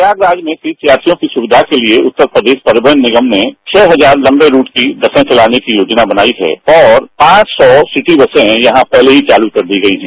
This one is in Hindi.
प्रयागराज में तीर्थयात्रियों की सुकिधा के लिए उत्तर प्रदेश परिवहन निगम ने छह हजार लंबे रूट की बसें चलाने की योजना बनाई है और पांच सौ सिटी क्तें यहां पहले ही चालू कर दी गई है